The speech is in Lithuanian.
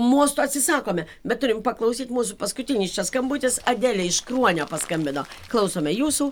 mostu atsisakome bet turim paklausyt mūsų paskutinis čia skambutis adelė iš kruonio paskambino klausome jūsų